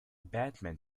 batman